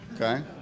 Okay